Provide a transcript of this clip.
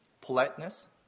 politeness